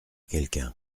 quelqu’un